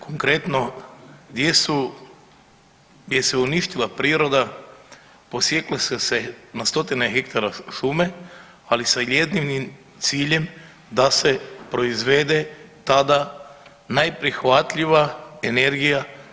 Konkretno gdje su, jer se uništila priroda, posjeklo se na stotine hektara šume, ali sa jedinim ciljem da se proizvede tada najprihvatljivija energija.